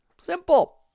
Simple